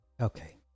Okay